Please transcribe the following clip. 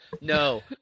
No